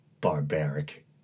barbaric